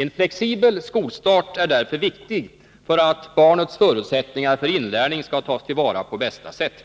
En flexibel skolstart är därför viktig för att barnets förutsättningar för inlärning skall tas till vara på bästa sätt.